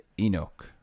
Enoch